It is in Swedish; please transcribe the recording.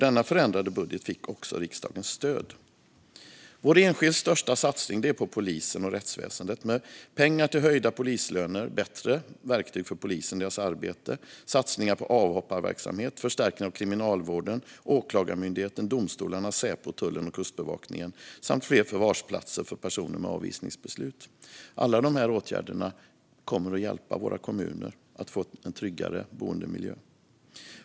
Denna förändrade budget fick också riksdagens stöd. Vår enskilt största satsning är på polisen och rättsväsendet, med pengar till höjda polislöner, bättre verktyg för polisen i deras arbete, satsningar på avhopparverksamhet, förstärkning av Kriminalvården, Åklagarmyndigheten, domstolarna, Säpo, tullen och Kustbevakningen samt fler förvarsplatser för personer med avvisningsbeslut. Alla dessa åtgärder kommer att hjälpa våra kommuner att få en tryggare boendemiljö.